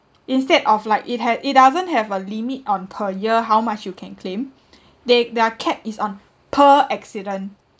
instead of like it had it doesn't have a limit on per year how much you can claim they their cap is on per accident